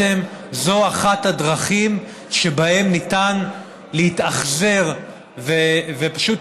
זאת אחת הדרכים שבהן ניתן להתאכזר ופשוט